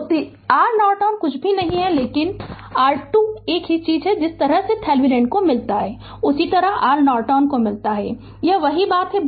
तो R Norton कुछ भी नहीं है लेकिन R2 एक ही चीज है जिस तरह से थेवेनिन को मिलता है उसी तरह आर नॉर्टन को मिलता है यह वही बात है